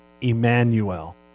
Emmanuel